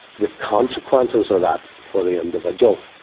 the consequences of that for the individual,